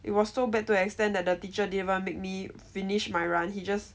it was so bad to the extent that the teacher didn't even make me finish my run he just